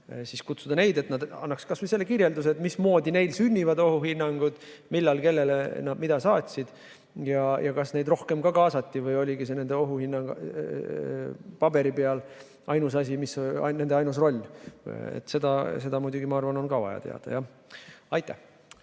kutsuda ka neid, et nad annaks kas või selle kirjelduse, mismoodi neil sünnivad ohuhinnangud, millal ja kellele nad mida saatsid ja kas neid rohkem ka kaasati, või oligi see ohuhinnangu [andmine] paberi peal nende ainus roll. Seda muidugi, ma arvan, on vaja ka teada. Jaak